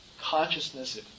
Consciousness